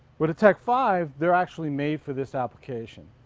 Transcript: but a tek five? they're actually made for this application.